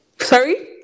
sorry